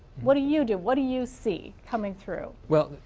what do you do, what do you see coming through? well,